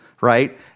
right